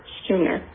sooner